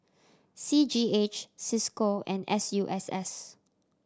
C G H Cisco and S U S S